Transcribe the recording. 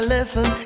Listen